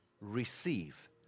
receive